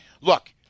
look